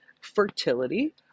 fertility